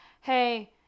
hey